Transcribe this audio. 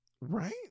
Right